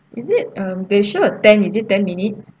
is it um they show a ten is it ten minutes